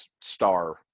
star